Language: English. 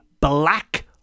black